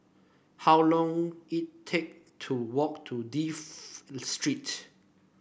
how long it take to walk to Dafne Street